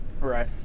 Right